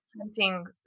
hunting